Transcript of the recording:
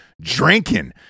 drinking